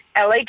LA